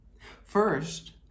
First